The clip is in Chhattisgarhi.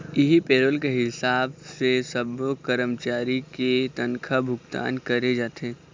इहीं पेरोल के हिसाब से सब्बो करमचारी के तनखा भुगतान करे जाथे